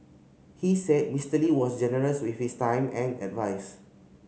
he said Mister Lee was generous with his time and advise